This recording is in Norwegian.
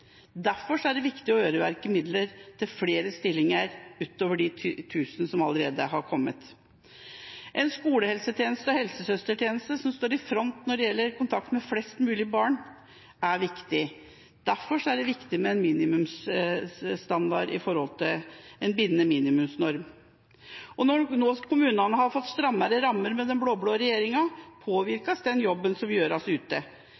Derfor er det viktig å øremerke midler til flere stillinger, utover de 1 000 som allerede har kommet. En skolehelsetjeneste og helsesøstertjeneste som står i front når det gjelder kontakt med flest mulig barn, er viktig. Derfor er det viktig med en minimumsstandard når det gjelder en bindende minimumsnorm. Når nå kommunene har fått strammere rammer med den blå-blå regjeringa, påvirkes den jobben som gjøres ute.